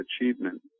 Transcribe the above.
achievement